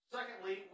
Secondly